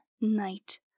night